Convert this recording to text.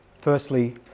firstly